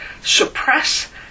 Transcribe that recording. suppress